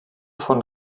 von